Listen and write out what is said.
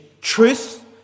truth